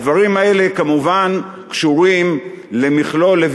הדברים האלה כמובן קשורים למכלול,